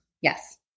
Yes